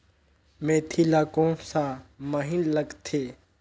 मेंथी ला कोन सा महीन लगथे?